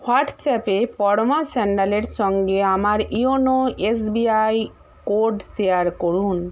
হোয়াটসঅ্যাপে পরমা স্যান্যালের সঙ্গে আমার ইওনো এসবিআই কোড শেয়ার করুন